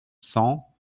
cent